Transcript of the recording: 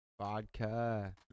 Vodka